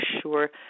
sure